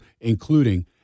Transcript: including